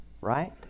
right